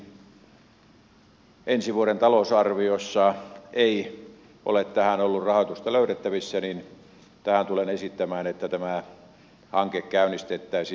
nytkään ensi vuoden talousarviossa ei ole tähän ollut rahoitusta löydettävissä niin että tulen tähän sitä esittämään että tämä hanke käynnistettäisiin